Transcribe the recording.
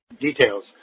Details